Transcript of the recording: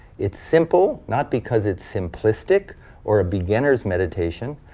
it's simple not because it's simplistic or a beginner's meditation,